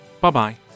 Bye-bye